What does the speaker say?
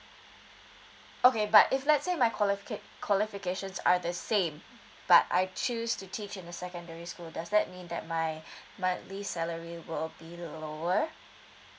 okay but if let's say my qualifica~ qualifications are the same but I choose to teach in a secondary school does that mean that my monthly salary will be lower